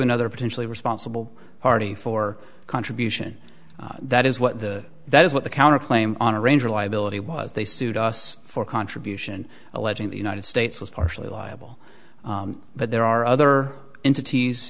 another potentially responsible party for contribution that is what the that is what the counter claim on a ranger liability was they sued us for contribution alleging the united states was partially liable but there are other entities